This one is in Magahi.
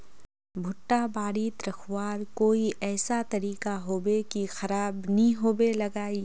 भुट्टा बारित रखवार कोई ऐसा तरीका होबे की खराब नि होबे लगाई?